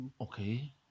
Okay